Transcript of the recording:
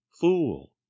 fool